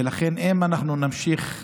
ולכן, אם אנחנו נמשיך,